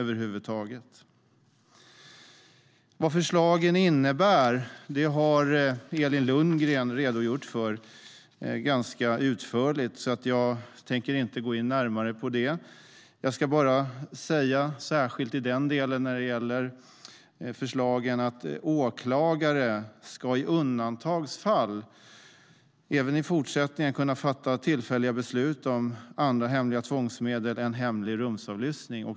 Vad förslagen innebär har Elin Lundgren redogjort ganska utförligt för, så jag tänker inte gå närmare in på det. Jag ska bara säga något i den del som gäller förslaget att åklagare i undantagsfall även i fortsättningen ska kunna fatta tillfälliga beslut om andra hemliga tvångsmedel än hemlig rumsavlyssning.